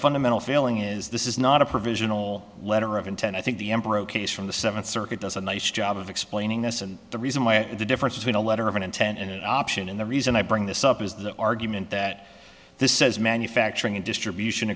fundamental feeling is this is not a provisional letter of intent i think the emperor case from the seventh circuit does a nice job of explaining this and the reason why is the difference between a letter of intent and an option and the reason i bring this up is the argument that this says manufacturing and distribution